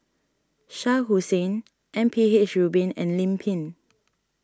Shah Hussain M P H Rubin and Lim Pin